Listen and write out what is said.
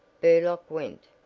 burlock went,